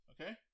Okay